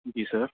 جی سر